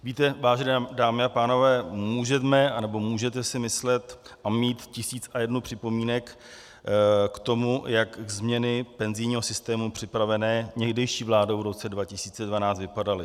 Víte, vážené dámy a pánové, můžeme anebo můžete si myslet a mít tisíc a jednu připomínku k tomu, jak změny penzijního systému připravené někdejší vládou v roce 2012 vypadaly.